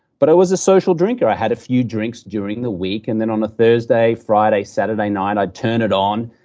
but i was a social drinker. i had a few drinks during the week and then on a thursday, friday, saturday night, i'd turn it on,